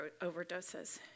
overdoses